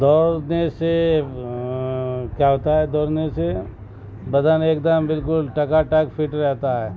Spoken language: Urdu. دوڑنے سے کیا ہوتا ہے دوڑنے سے بدن ایک دم بالکل ٹکاٹک فٹ رہتا ہے